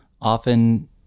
often